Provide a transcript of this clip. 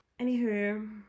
Anywho